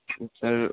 sir